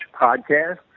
Podcast